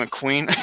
McQueen